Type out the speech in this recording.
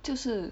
就是